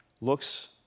looks